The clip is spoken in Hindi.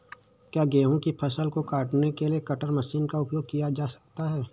क्या गेहूँ की फसल को काटने के लिए कटर मशीन का उपयोग किया जा सकता है?